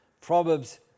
Proverbs